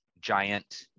giant